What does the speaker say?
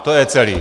To je celý.